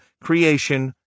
Creation